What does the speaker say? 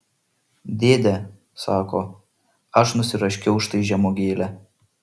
dėde sako aš nusiraškiau štai žemuogėlę